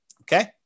Okay